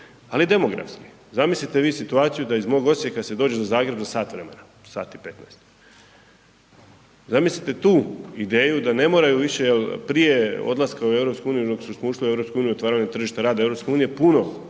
i demografski. Zamislite vi situaciju da iz mog Osijeka se dođe do Zagreba za sat vremena, sat i 15, zamislite tu ideju da ne moraju više prije odlaska u EU, prije nego što smo ušli u EU, otvaranje tržišta rada EU puno